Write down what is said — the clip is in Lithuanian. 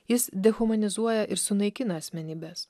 jis dehumanizuoja ir sunaikina asmenybes